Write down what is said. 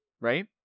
right